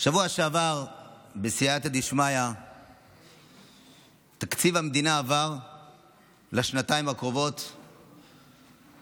בשבוע שעבר בסייעתא דשמיא תקציב המדינה לשנתיים הקרובות עבר,